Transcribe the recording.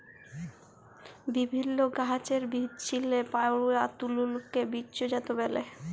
বিভিল্ল্য গাহাচের বিচেল্লে পাউয়া তল্তুকে বীজজাত ব্যলে